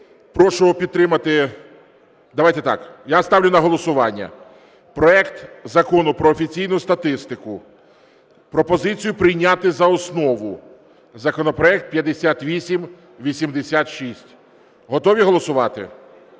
прошу підтримати. Давайте так, я ставлю на голосування проект Закону про офіційну статистику, пропозицію прийняти за основу законопроект 5886. Готові голосувати?